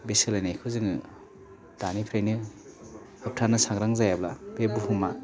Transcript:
बे सोलायनायखौ जोङो दानिफ्रायनो होबथानो सांग्रां जायाब्ला बे बुहुमा